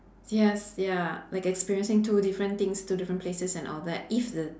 yes ya like experiencing two different things two different places and all that if the